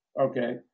okay